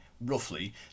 roughly